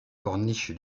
corniche